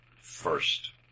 first